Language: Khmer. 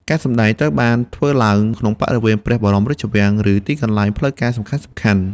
ការសម្តែងត្រូវបានធ្វើឡើងក្នុងបរិវេណព្រះបរមរាជវាំង ឬទីកន្លែងផ្លូវការសំខាន់ៗ។